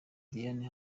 diane